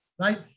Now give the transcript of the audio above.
right